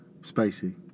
Spacey